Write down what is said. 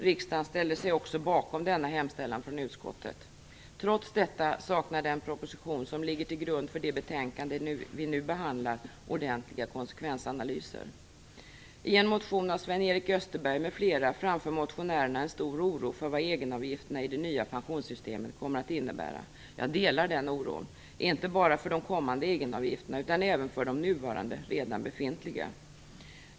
Riksdagen ställde sig också bakom denna hemställan från utskottet. Trots detta saknar den proposition som ligger till grund för det betänkande vi nu behandlar ordentliga konsekvensanalyser. I en motion av Sven-Erik Österberg m.fl. framför motionärerna en stor oro för vad egenavgifterna i det nya pensionssystemet kommer att innebära. Jag delar den oron, inte bara för de kommande egenavgifterna utan även för de nuvarande redan befintliga.